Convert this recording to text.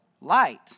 light